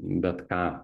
bet ką